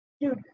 Dude